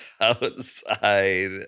outside